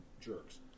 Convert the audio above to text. jerks